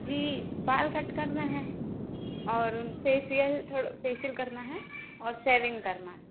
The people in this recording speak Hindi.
जी बाल कट करना है और फेशियल थोड़ फेशियल करना है और सैविंग करना